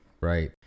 Right